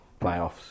playoffs